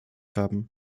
haben